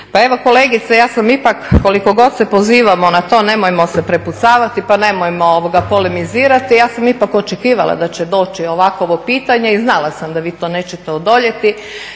Pa evo kolegice ja sam ipak koliko god se pozivamo na to nemojmo se prepucavati pa nemojmo polemizirati. Ja sam ipak očekivala da će doći ovakvo pitanje i znala sam da vi to nećete odoljeti.